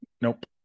Nope